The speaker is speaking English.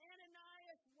Ananias